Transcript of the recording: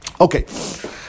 okay